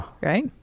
Right